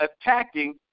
attacking